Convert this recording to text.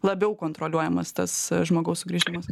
labiau kontroliuojamas tas žmogaus sugrįžimas